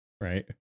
right